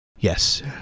Yes